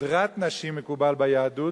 שהדְרת נשים מקובלת ביהדות,